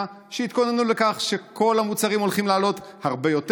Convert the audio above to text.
שיתכוננו לכך שכל המוצרים הולכים לעלות הרבה יותר.